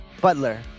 Butler